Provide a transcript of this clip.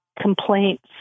complaints